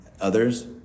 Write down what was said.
others